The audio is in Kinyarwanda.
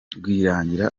rwirangira